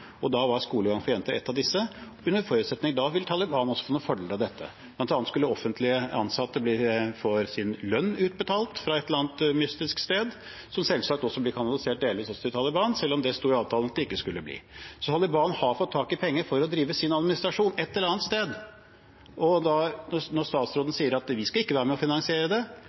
Da var skolegang for jenter et av disse – under forutsetning av at da ville Taliban også få noen fordeler av det. Blant annet skulle offentlig ansatte få sin lønn utbetalt fra et eller annet mystisk sted, som selvsagt også blir kanalisert delvis til Taliban, selv om det sto i avtalen at det skulle det ikke bli. Taliban har fått tak i penger for å drive sin administrasjon et eller annet sted. Når utenriksministeren sier at vi ikke skal være med og finansiere det, er det vel noen andre som finansierer det.